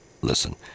listen